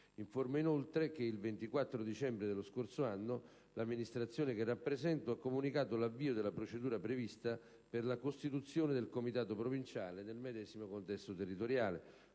Informo, inoltre, che il 24 dicembre dello scorso anno l'Amministrazione che rappresento ha comunicato l'avvio della procedura prevista per la costituzione del Comitato provinciale nel medesimo contesto territoriale,